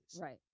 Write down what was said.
Right